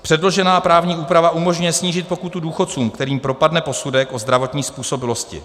Předložená právní úprava umožňuje snížit pokutu důchodcům, kterým propadne posudek o zdravotní způsobilosti.